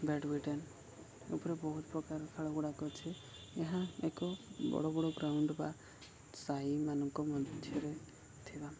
badminton ଏପରି ବହୁତ ପ୍ରକାର ଖେଳ ଗୁଡ଼ାକ ଅଛି ଏହା ଏକ ବଡ଼ ବଡ଼ ଗ୍ରାଉଣ୍ଡ ବା ସାଇମାନଙ୍କ ମଧ୍ୟରେ ଥିବା